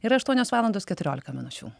yra aštuonios valandos keturiolika minučių